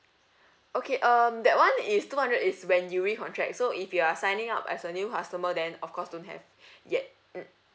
okay um that [one] is two hundred is when you recontract so if you are signing up as a new customer then of course don't have yet mm